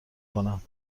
کنم